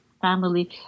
family